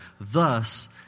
Thus